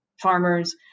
farmers